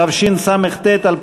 התשס"ט 2009,